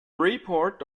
report